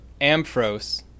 Amphros